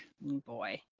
Boy